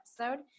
episode